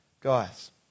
Guys